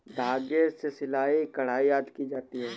धागे से सिलाई, कढ़ाई आदि की जाती है